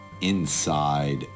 inside